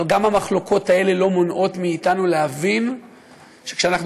אבל גם המחלוקות האלה לא מונעות מאתנו להבין שכשאנחנו